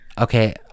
Okay